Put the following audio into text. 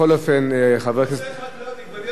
בנושא חקלאות עגבניות משיב סגן שר החוץ?